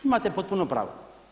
Imate potpuno pravo.